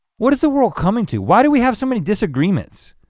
what is the world coming to? why do we have so many disagreements?